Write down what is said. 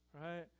Right